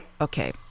Okay